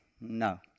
No